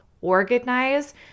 organize